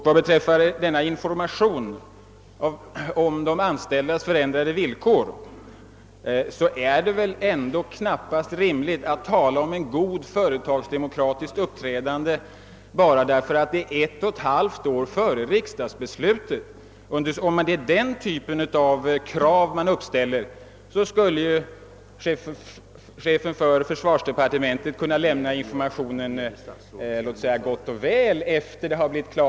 Vad informationen om de anställdas förändrade villkor beträffar är det väl ändå orimligt att tala om ett gott företagsdemokratiskt uppträdande bara därför att informationen lämnades ett och ett halvt år före riksdagens beslut. Om det är den typen av krav man skall uppställa, så kan ju försvarsministern lämna information till de anställda efter det att meddelande lämnats i radio och TV.